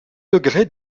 degré